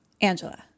Angela